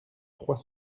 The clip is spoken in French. trois